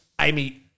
Amy